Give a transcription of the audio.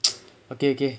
okay okay